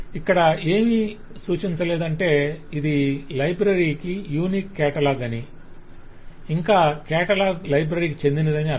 ఇక్కడ ఏమీ సూచించలేదంటే ఇది లైబ్రరీకి యూనిక్ కేటలాగ్ అని ఇంకా కేటలాగ్ లైబ్రరీకి చెందినది అని అర్ధం